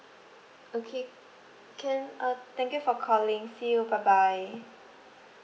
okay can uh thank you for calling see you bye bye